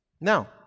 Now